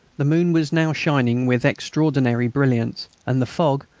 the moon was now shining with extraordinary brilliance, and the fog,